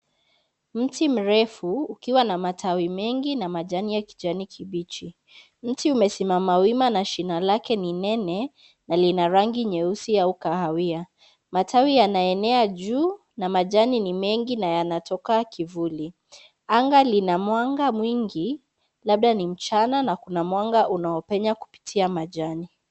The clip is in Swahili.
Mti mrefu ukiwa na matawi mengi na majani ya kijani kibichi. Mti umesimama wima na shina lake ni nene na lina rangi nyeusi au kahawia. Matawi yanaenea juu na majani ni mengi na yanatokaa kivuli. Anga lina mwanga mimgi, labda ni mchana na kuna mwanga unoapenya kupitia majani.